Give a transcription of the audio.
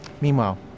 Meanwhile